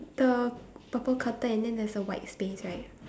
the purple curtain and then there's a white space right